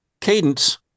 Cadence